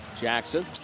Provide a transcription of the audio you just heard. Jackson